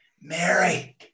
Mary